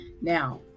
now